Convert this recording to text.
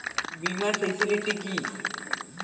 বীমার ফেসিলিটি কি?